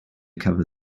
cover